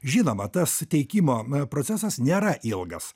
žinoma tas teikimo procesas nėra ilgas